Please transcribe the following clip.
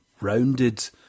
rounded